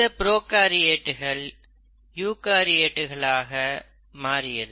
இந்த புரோகாரியேட்டுகள் யூகாரியேட்டுகளாக மாறியது